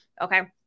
okay